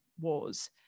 wars